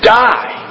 die